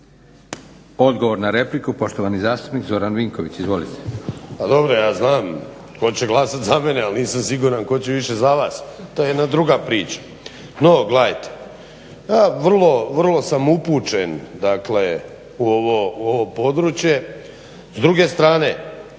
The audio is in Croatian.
odgovor na repliku, poštovani zastupnik Zoran Vinković.